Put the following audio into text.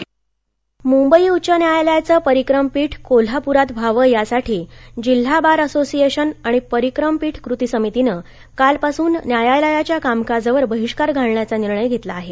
कोल्हापर मुंबई उच्च न्यायालयाचं परिक्रमपीठ कोल्हापुरात व्हावं यासाठी जिल्हा बार असोसिएशन आणि परिक्रमपीठ कृती समितीनं कालपासून न्यायालयांच्या कामकाजावर बहिष्कार घालण्यांचा निर्णय घेतला आहे